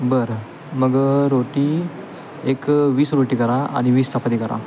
बरं मग रोटी एक वीस रोटी करा आणि वीस चपाती करा